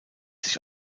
sich